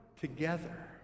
together